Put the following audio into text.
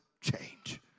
change